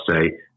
say